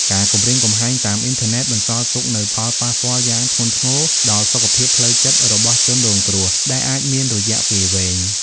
ការគំរាមកំហែងតាមអ៊ីនធឺណិតបន្សល់ទុកនូវផលប៉ះពាល់យ៉ាងធ្ងន់ធ្ងរដល់ សុខភាពផ្លូវចិត្ត របស់ជនរងគ្រោះ ដែលអាចមានរយៈពេលវែង។